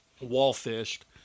wall-fished